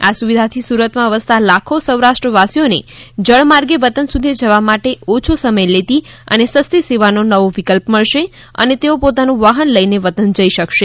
આ સુવિધાથી સુરતમાં વસતા લાખો સૌરાષ્ટ્રવાસીઓને જળમાર્ગે વતન સુધી જવા માટે ઓછો સમય લેતી અને સસ્તી સેવાનો નવો વિકલ્પ મળશે અને તેઓ પોતાનું વાહન લઈ ને વતન જઈ શકશે